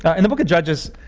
yeah in the book of judges,